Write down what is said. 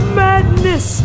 madness